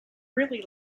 really